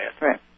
Right